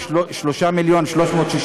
שלושה מעונות יום,